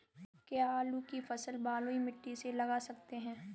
क्या आलू की फसल बलुई मिट्टी में लगा सकते हैं?